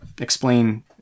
explain